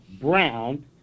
Brown